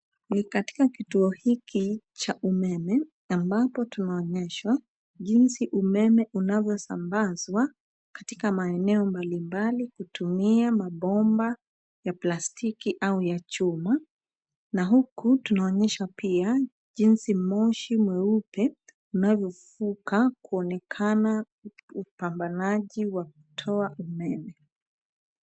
Ni katika kituo hiki cha umeme ambapo tunaonyeshwa jinsi umeme unavyosambazwa katika maeneo mbalimbali kutumia mabomba ya plastiki au ya chuma na huku tunaonyeshwa pia jinsi moshi mweupe unavyofuka kuonekana upambanaji wa kutoa umeme.